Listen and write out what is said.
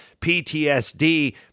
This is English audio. PTSD